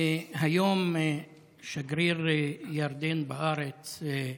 היום שגריר ירדן בארץ,